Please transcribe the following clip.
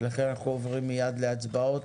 לכן עוברים מייד להצבעה.